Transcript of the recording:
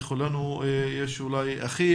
לכולנו יש אולי אחים,